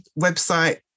website